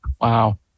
Wow